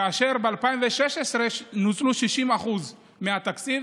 וב-2016 נוצלו 60% מהתקציב.